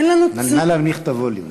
נא להנמיך את הווליום.